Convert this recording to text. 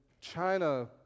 China